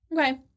Okay